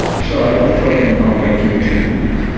so i was talking about making tools,